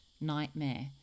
nightmare